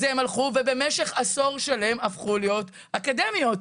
הן הלכו ובמשך עשור שלם הפכו להיות אקדמיות.